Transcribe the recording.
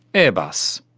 airbus.